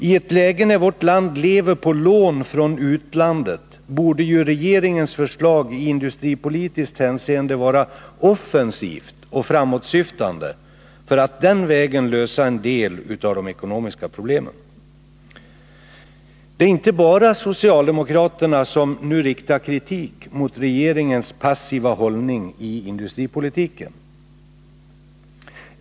I ett läge när vårt land lever på lån från utlandet borde ju regeringens förslag i industripolitiskt hänseende vara offensivt och framåtsyftande för att man den vägen skall kunna lösa en del av de ekonomiska problemen. Det är inte bara socialdemokraterna som nu riktar kritik mot regeringens passiva hållning i industripolitiken.